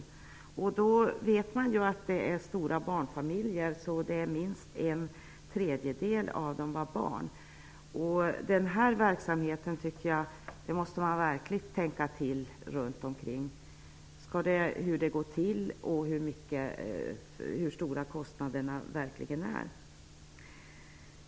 Eftersom man vet att det ofta var fråga om stora barnfamiljer utgjordes minst en tredjedel av barn. Man måste verkligen tänka till kring denna verksamhet och se på hur den går till och hur stora kostnaderna verkligen är.